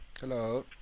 Hello